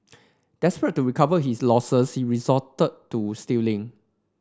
desperate to recover his losses he resorted to stealing